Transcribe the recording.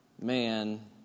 man